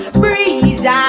breeze